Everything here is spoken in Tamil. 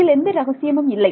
இதில் எந்த ரகசியமும் இல்லை